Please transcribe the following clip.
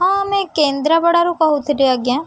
ହଁ ଆମେ କେନ୍ଦ୍ରାପଡ଼ାରୁ କହୁଥିଲି ଆଜ୍ଞା